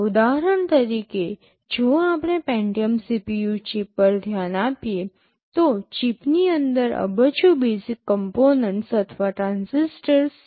ઉદાહરણ તરીકે જો આપણે પેન્ટિયમ CPU ચિપ પર ધ્યાન આપીએ તો ચિપની અંદર અબજો બેઝિક કમ્પોનેન્ટસ અથવા ટ્રાંઝિસ્ટર છે